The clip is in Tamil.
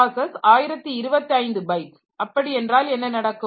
பிராசஸ் 1025 பைட்ஸ் அப்படி என்றால் என்ன நடக்கும்